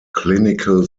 clinical